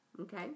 Okay